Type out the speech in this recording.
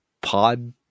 pod